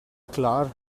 klar